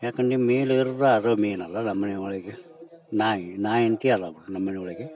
ಯಾಕಂದ್ರೆ ಮೇನ್ ಇರೋದು ಅದು ಮೇನ್ ಅಲ್ಲ ನಮ್ಮನೆ ಒಳಗೆ ನಾಯಿ ನಾಯಿ ಇಂಕೇ ಅದಾವು ನಮ್ಮನೆ ಒಳಗೆ